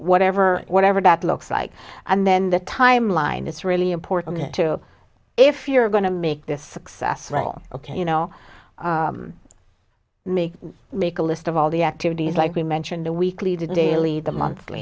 whatever whatever that looks like and then the timeline it's really important to if you're going to make this successful ok you know make a list of all the activities like we mentioned the weekly daily the monthly